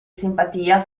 simpatia